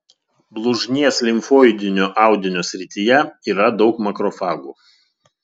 blužnies limfoidinio audinio srityje yra daug makrofagų